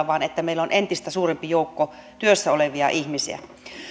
vaan että meillä on entistä suurempi joukko työssä olevia ihmisiä